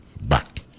back